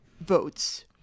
votes